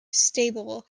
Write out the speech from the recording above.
stable